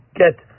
get